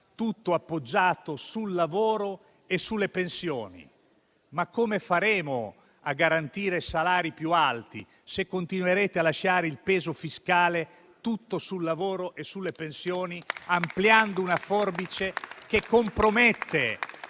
tutto poggiato sul lavoro e le pensioni. Come faremo a garantire salari più alti, se continuerete a lasciare tutto il peso fiscale sul lavoro e sulle pensioni, ampliando una forbice che compromette